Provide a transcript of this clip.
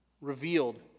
revealed